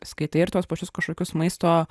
skaitai ir tuos pačius kažkokius maisto